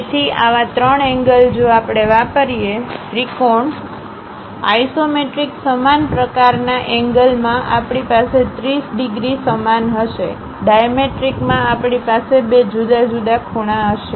તેથી આવા ત્રણ એંગલ જો આપણે વાપરીએ ત્રિકોણ આઇસોમેટ્રિક સમાન પ્રકારના એંગલ માં આપણી પાસે 30 ડિગ્રી સમાન હશે ડાયમેટ્રિકમાં આપણી પાસે બે જુદા જુદા ખૂણા હશે